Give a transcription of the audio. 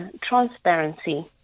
transparency